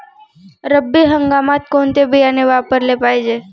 रब्बी हंगामात कोणते बियाणे वापरले पाहिजे?